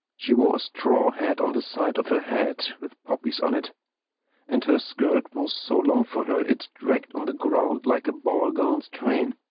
she wore a straw hat on the side of her head with poppies on it and her skirt was so long for her it dragged on the ground like a ball-gown's train.